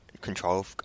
control